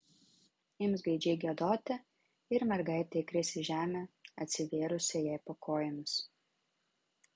ims gaidžiai giedoti ir mergaitė įkris į žemę atsivėrusią jai po kojomis